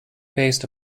based